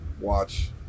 watch